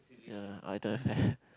ya I don't have